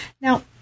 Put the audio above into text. Now